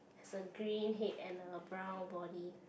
has a green head and a brown body